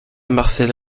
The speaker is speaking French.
marcel